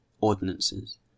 ordinances